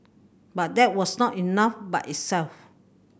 but that was not enough by itself